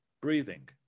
Breathing